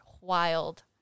Wild